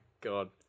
God